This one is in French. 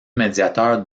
médiateur